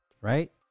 right